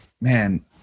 man